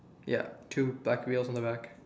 ya two black wheels on the back